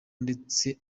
ndetse